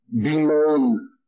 bemoan